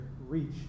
reach